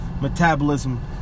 metabolism